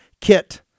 kit